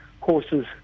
courses